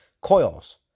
coils